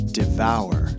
devour